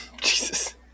Jesus